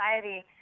society